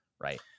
right